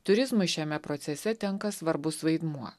turizmui šiame procese tenka svarbus vaidmuo